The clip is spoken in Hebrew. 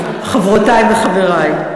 חברותי וחברי.